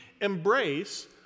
embrace